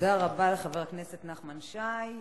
תודה רבה לחבר הכנסת נחמן שי.